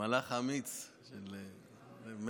כמו שאני אומר להם: בואו